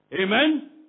Amen